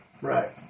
Right